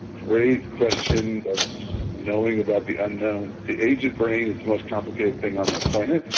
great question. that's knowing about the unknown. the aged brain is the most complicated thing on the planet.